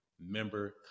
Member